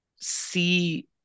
see